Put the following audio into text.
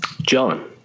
John